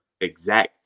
Exact